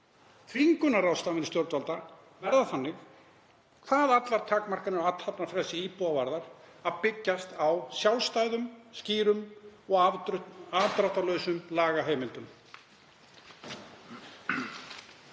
Þvingunarráðstafanir stjórnvalda verða þannig, hvað allar takmarkanir á athafnafrelsi íbúa varðar, að byggjast á sjálfstæðum, skýrum og afdráttarlausum lagaheimildum.